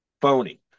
phony